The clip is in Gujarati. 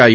આઇ